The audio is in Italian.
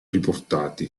riportati